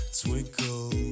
twinkle